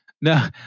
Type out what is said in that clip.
No